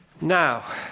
Now